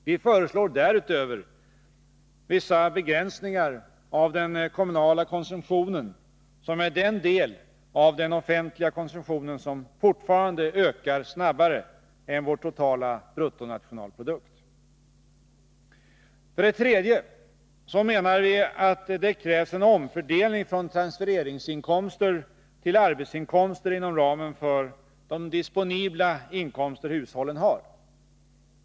Vi föreslår därutöver vissa begränsningar av den kommunala konsumtionen, som är den del av den offentliga konsumtionen som fortfarande ökar snabbare än vår totala bruttonationalprodukt. För det tredje menar vi att det krävs en omfördelning från transfereringsinkomster till arbetsinkomster inom ramen för de disponibla inkomster hushållen har.